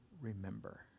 remember